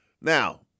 Now